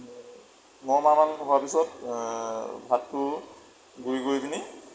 ন মাহ মান হোৱাৰ পিছত ভাতটো গুড়ি কৰি লৈ